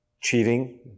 cheating